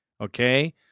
Okay